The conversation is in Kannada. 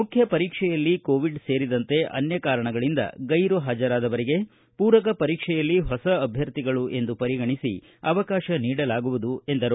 ಮುಖ್ಯ ಪರೀಕ್ಷೆಯಲ್ಲಿ ಕೋವಿಡ್ ಸೇರಿದಂತೆ ಅನ್ಯ ಕಾರಣಗಳಿಂದ ಗೈರು ಹಾಜರಆದವರಿಗೆ ಮೂರಕ ಪರೀಕ್ಷೆಯಲ್ಲಿ ಹೊಸ ಅಭ್ಯರ್ಥಿಗಳು ಎಂದು ಪರಿಗಣಿಸಿ ಅವಕಾಶ ನೀಡಲಾಗುವುದು ಎಂದು ಹೇಳಿದರು